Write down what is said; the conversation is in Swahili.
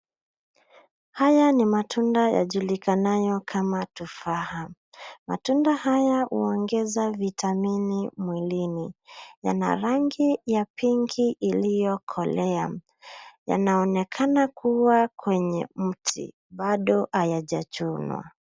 Haya ni matunda yajulikanayo kama tofaha, matunda haya huongeza vitamini mwilini, yana rangi ya pinki iliyokolea, yanaonekana kua kwenye mti bado hayajachunwa.